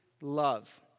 love